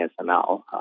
ASML